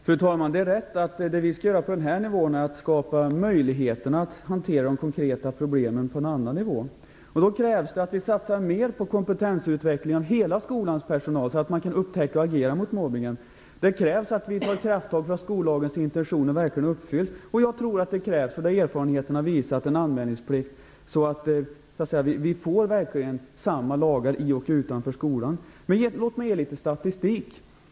Fru talman! Det är rätt att det som vi skall göra på vår nivå är att skapa möjligheter att hantera de konkreta problemen på andra nivåer. För det krävs att vi satsar mer på kompetensutveckling av hela skolans personal, så att man kan upptäcka och reagera mot mobbningen. Det krävs att vi tar krafttag för att skollagens intentioner verkligen uppfylls. Jag tror att det krävs - det har erfarenheterna visat - en anmälningsplikt, så att vi verkligen får samma lagar i och utanför skolan. Låt mig anföra litet statistik.